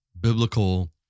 biblical